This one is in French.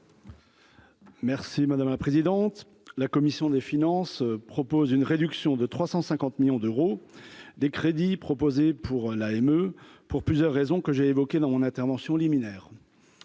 Merci madame la présidente, la commission des finances propose une réduction de 350 millions d'euros des crédits proposés pour la émeut pour plusieurs raisons, que j'ai évoquées dans mon intervention liminaire